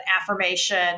affirmation